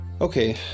Okay